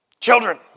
children